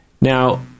Now